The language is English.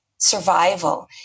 survival